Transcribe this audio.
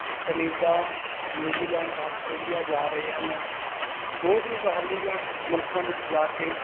Canada New Zealand Australia ਜਾ ਰਹੇ ਹਨ ਉਹ ਵੀ ਬਾਹਰਲੀਆਂ ਮੁਲਕਾਂ ਵਿੱਚ ਜਾ ਕੇ